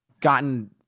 gotten